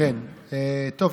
גם אצל הערבים.